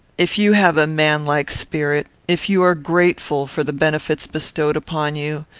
if you have a manlike spirit, if you are grateful for the benefits bestowed upon you,